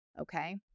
okay